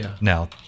Now